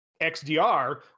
XDR